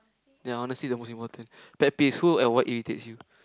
ya honesty the most important pet peeves who and what irritates you